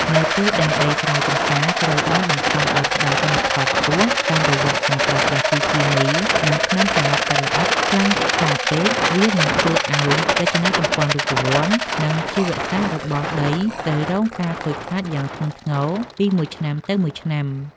នៅពេលដែលដីស្រែចម្ការត្រូវបានបង្ខំឱ្យផ្ដល់ទិន្នផលខ្ពស់តាមរយៈការប្រើប្រាស់ជីគីមី និងថ្នាំសម្លាប់សត្វល្អិតខ្លាំងក្លាពេក វានឹងធ្វើឱ្យរចនាសម្ព័ន្ធរូបវន្ត និងជីវសាស្ត្ររបស់ដីត្រូវរងការខូចខាតយ៉ាងធ្ងន់ធ្ងរពីមួយឆ្នាំទៅមួយឆ្នាំ។